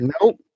Nope